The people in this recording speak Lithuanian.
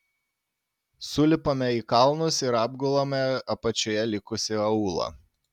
sulipame į kalnus ir apgulame apačioje likusį aūlą